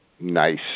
Nice